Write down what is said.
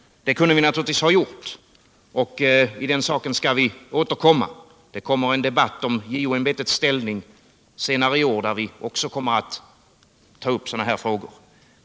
Det kunde vi naturligtvis ha gjort, och i den saken skall vi återkomma. Det kommer en debatt om JO-ämbetets ställning senare i år, där vi också kommer att ta upp sådana här frågor.